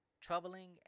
troubling